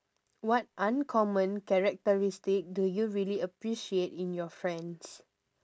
what uncommon characteristic do you really appreciate in your friends